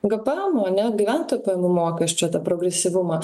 gpemo ane gyventojų pajamų mokesčio progresyvumą